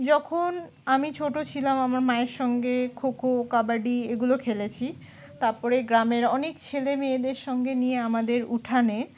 যখন আমি ছোটো ছিলাম আমার মায়ের সঙ্গে খো খো কাবাডি এগুলো খেলেছি তারপরে গ্রামের অনেক ছেলেমেয়েদের সঙ্গে নিয়ে আমাদের উঠানে